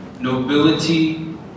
nobility